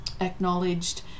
acknowledged